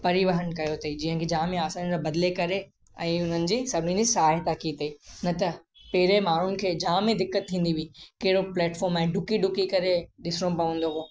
परिवहन कयो अथईं जीअं की जाम आसानी सां बदिले करे ऐं उन्हनि जी सभिनी जी सहायता की अथईं न त पहिरें माण्हुनि खे जाम ई दिक़त थींदी हुई कहिड़ो प्लेटफोर्म आहे डुकी डुकी करे ॾिसिणो पवंदो हुओ